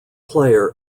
player